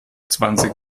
zwanzig